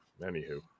Anywho